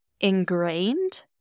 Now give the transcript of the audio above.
ingrained